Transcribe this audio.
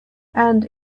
and